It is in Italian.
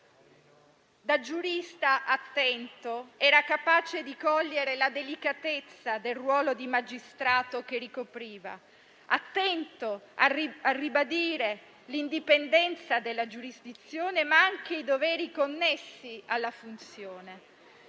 Da giurista attento, era capace di cogliere la delicatezza del ruolo di magistrato che ricopriva, attento a ribadire l'indipendenza della giurisdizione, ma anche i doveri connessi alla funzione.